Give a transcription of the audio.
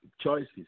choices